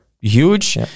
huge